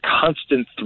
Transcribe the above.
constant